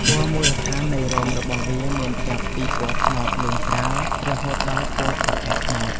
ពណ៌មូលដ្ឋាននៃរោមរបស់វាមានចាប់ពីពណ៌ត្នោតលឿងស្រាល រហូតដល់ពណ៌ប្រផេះត្នោត។